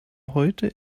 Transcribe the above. heute